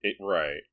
Right